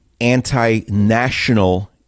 anti-national